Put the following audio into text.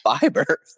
fiber